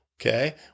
Okay